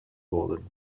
worden